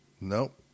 Nope